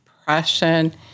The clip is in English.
Depression